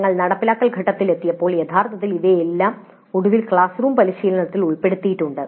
ഞങ്ങൾ നടപ്പാക്കൽ ഘട്ടത്തിലെത്തിയപ്പോൾ യഥാർത്ഥത്തിൽ ഇവയെല്ലാം ഒടുവിൽ ക്ലാസ് റൂം പരിശീലനത്തിൽ ഉൾപ്പെടുത്തിയിട്ടുണ്ട്